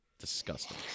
disgusting